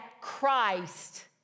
Christ